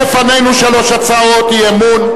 לפנינו שלוש הצעות אי-אמון,